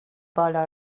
بالا